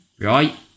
Right